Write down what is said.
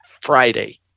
Friday